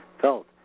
felt